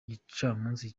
gicamunsi